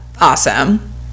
awesome